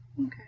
Okay